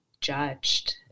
judged